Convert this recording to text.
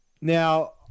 Now